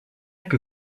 que